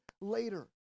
later